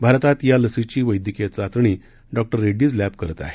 भारतात या लसीची वद्क्कीय चाचणी डॉ रेड्डीज लद्धकरत आहे